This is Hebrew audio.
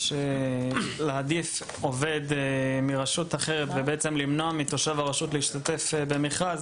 להעדיף עובד מרשות אחרת ובעצם למנוע מתושב הרשות להשתתף במכרז,